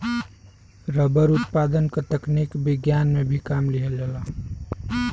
rubber उत्पादन क तकनीक विज्ञान में भी काम लिहल जाला